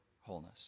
wholeness